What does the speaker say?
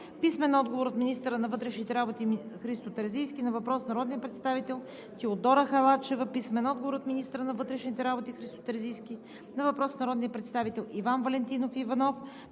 Любомир Бонев; - министъра на вътрешните работи Христо Терзийски на въпрос от народния представител Теодора Халачева; - министъра на вътрешните работи Христо Терзийски на въпрос от народния представител Иван Валентинов Иванов;